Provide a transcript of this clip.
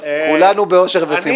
כולנו באושר ושמחה.